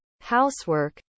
housework